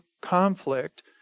conflict